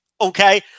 okay